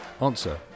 Answer